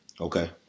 Okay